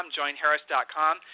joinharris.com